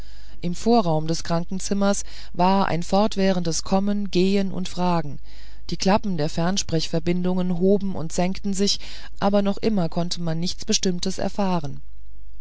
im vorraum des krankenzimmers war ein fortwährendes kommen gehen und fragen die klappen der fernsprechverbindungen hoben und senkten sich aber noch immer konnte man nichts bestimmtes erfahren